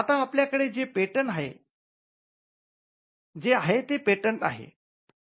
आता आपल्याकडे जे आहे ते पेटंट आहे